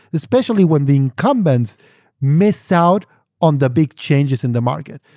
especially when the incumbents miss out on the big changes in the market.